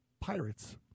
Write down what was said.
pirates